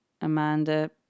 amanda